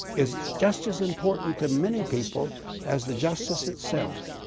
is just as important to many people as the justice itself.